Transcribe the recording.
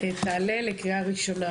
הצעת החוק תעלה במליאה לקריאה ראשונה.